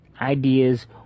ideas